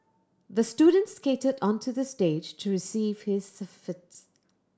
the student skated onto the stage to receive his